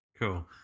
Cool